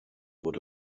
wurde